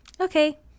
okay